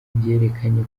bwerekanye